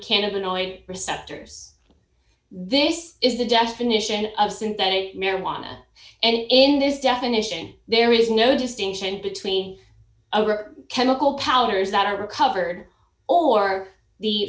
cannabinoid receptors this is the definition of synthetic marijuana and in this definition there is no distinction between our chemical powers that are recovered or the